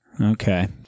Okay